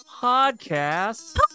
Podcast